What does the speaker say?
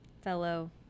Fellow